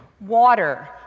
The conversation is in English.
water